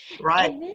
Right